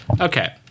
Okay